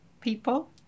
people